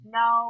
no